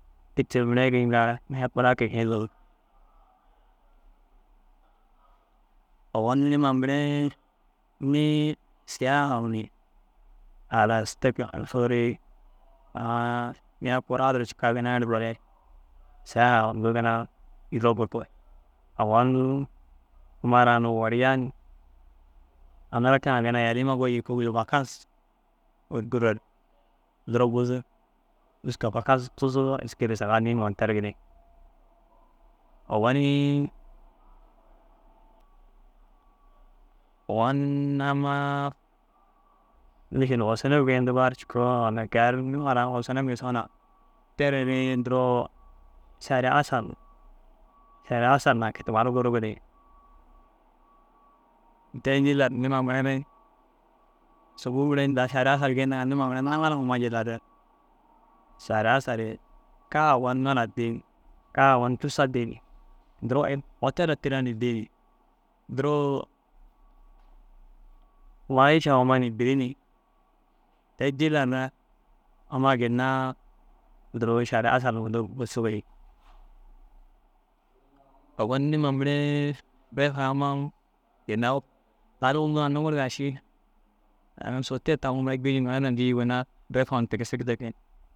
Itir mire geyinga niĩya kuraa ke geyindin. Ogon niĩma mire niĩ siyaaha u ni halas te ke tigisoore aã niĩya kuraa duro cikaa ginna erdiere siyaha hundu ginna ogon amma ara woriya aŋ rakiŋa ginna yalii ma goyi kôomil vakans ôt guruere duro buzuk yuska vakans tuzoo êski ru saga niĩ huma terigi ni. Ogonii ogon ammaa mîšil osone ru goyindigaa ru cikoo, walla kiyar niĩma ru aŋ osone gisoo na terere duro šari asal šari asal na ke- i tumar gurugi ni. Te jillar niĩma mire sûbuu mire ini daa šari asal geyindiga niĩma mire naŋal huma jilla re šari asal kaa ogon ŋila dii, kaa ogon cussa dii ni. Duro otela tira ni dii ni duro ma- iša huma ni biri ni te- i jillar re amma ginna duro šari asal hundu busuk ni. Ogon niĩma miree ref amma u ginna u tani unnu a nuŋuruga ši aŋ sotiya taŋuu gîyu mire na bîyuu ginna ref hun tigisig te ke.